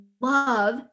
love